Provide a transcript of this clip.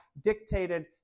dictated